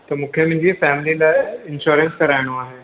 त मूंखे मुंहिंजी फ़ैमिली लाइ इंश्योरंस कराइणो आहे